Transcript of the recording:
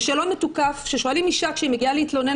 זה שאלון מתוקף ששואלים אישה כשהיא מגיעה להתלונן